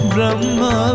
Brahma